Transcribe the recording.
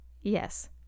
Yes